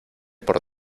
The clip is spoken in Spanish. por